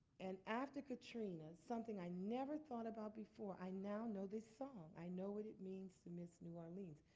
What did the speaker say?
and after katrina, something i never thought about before, i now know this song. i know what it means to miss new orleans.